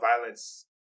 violence